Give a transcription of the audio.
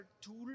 tool